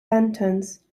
lanterns